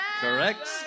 Correct